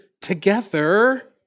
together